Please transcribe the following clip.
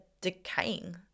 decaying